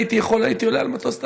אם הייתי יכול הייתי עולה על מטוס,